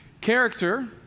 Character